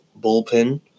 bullpen